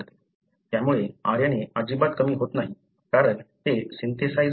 त्यामुळे RNA अजिबात कमी होत नाही कारण ते सिन्थेसाईझ केले जातात